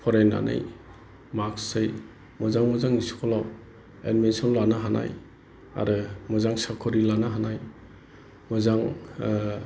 फरायनानै मार्क्सयै मोजां मोजां स्कुलाव एडमिसन लानो हानाय आरो मोजां साकरि लानो हानाय मोजां